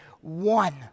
one